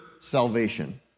salvation